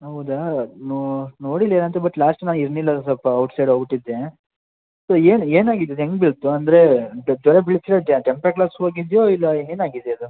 ಹೌದಾ ನೋಡಿಲ್ಲ ಏನಂತ ಬಟ್ ಲಾಸ್ಟ್ ನಾನು ಇರ್ಲಿಲ್ಲ ಸ್ವಲ್ಪ ಔಟ್ಸೈಡ್ ಹೋಗ್ಬಿಟಿದ್ದೆ ಸೊ ಏನು ಏನಾಗಿದೆ ಅದು ಹೆಂಗೆ ಬಿತ್ತು ಅಂದರೆ ಜೋರಾಗಿ ಬೀಳ್ಸಿದ್ರಾ ಟೆಂಪರ್ ಗ್ಲಾಸ್ ಹೋಗಿದೆಯೋ ಇಲ್ಲ ಏನಾಗಿದೆ ಅದು